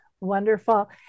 Wonderful